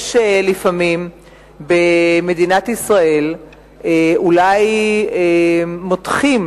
לפעמים במדינת ישראל אולי מותחים